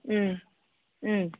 उम उम